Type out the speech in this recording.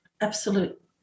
absolute